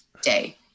day